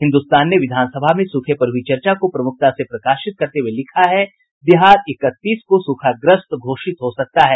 हिन्दुस्तान ने विधानसभा में सूखे पर हुई चर्चा को प्रमुखता से प्रकाशित करते हुए लिखा है बिहार इकतीस को सूखाग्रस्त घोषित हो सकता है